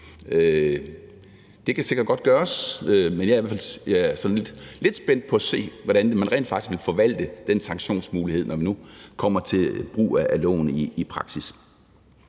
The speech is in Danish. Det kan sikkert godt gøres, men jeg er lidt spændt på at se, hvordan man rent faktisk vil forvalte den sanktionsmulighed, når vi nu kommer til brug af loven i praksis.